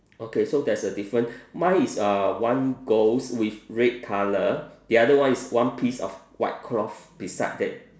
okay so there's a different mine is uh one ghost with red colour the other one is one piece of white cloth beside it